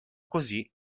così